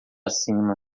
cima